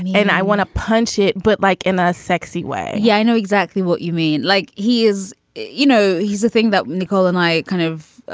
and and i want to punch it but like in a sexy way, he i know exactly what you mean like he is you know, he's the thing that nicole and i kind of